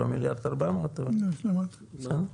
לא 1.400 זה מה שכתוב.